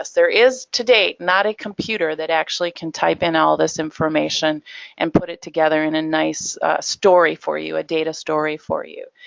there is, to date, not a computer that actually can type in all this information and put it together in a nice story for you, a data story for you.